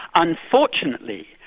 unfortunately,